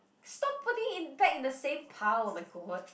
stop putting it back in the same pile oh-my-god